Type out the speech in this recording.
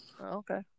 Okay